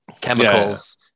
chemicals